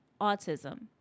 autism